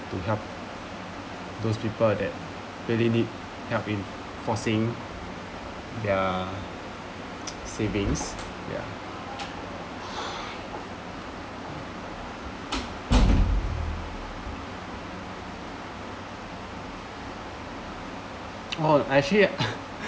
to help those people that really need help in forcing their savings ya oh I actually